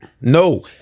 No